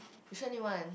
you sure knew one